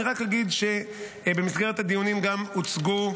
אני רק אגיד שבמסגרת הדיונים גם הוצגה